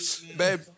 Babe